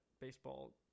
Baseball